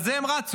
על זה הם רצו,